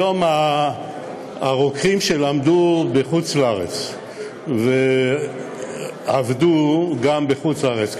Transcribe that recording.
היום הרוקחים שלמדו בחוץ-לארץ וגם עבדו בחוץ-לארץ,